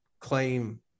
claim